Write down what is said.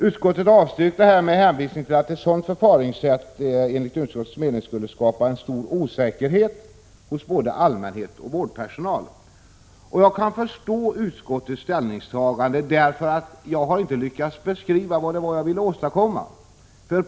Utskottet har avstyrkt mitt förslag med hänvisning till att ett sådant förfaringssätt skulle skapa en stor osäkerhet hos både allmänhet och vårdpersonal. Jag kan förstå utskottets ställningstagande, eftersom jag inte har lyckats beskriva det som jag ville åstadkomma.